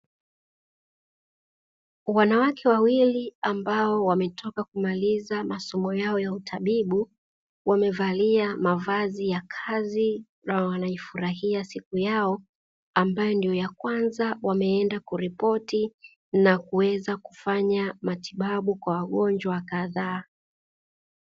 Wanawake wawili ambao wametoka kumaliza masomo yao ya utabibu, wamevalia mavazi ya kazi na wanaifurahia siku yao ambayo ndo ya kwanza wameenda kuripoti na kuweza kufanya matibabu kwa wagonjwa kwadhaa.